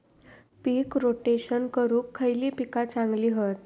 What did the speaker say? पीक rotation करूक खयली पीका चांगली हत?